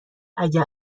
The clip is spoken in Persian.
اگه